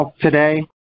today